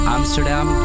Amsterdam